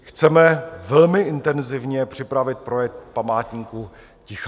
Chceme velmi intenzivně připravit projekt Památníku ticha Bubny.